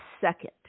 second